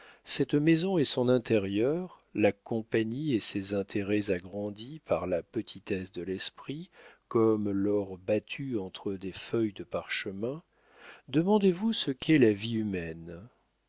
cette maison et son intérieur la compagnie et ses intérêts agrandis par la petitesse de l'esprit comme l'or battu entre des feuilles de parchemin demandez-vous ce qu'est la vie humaine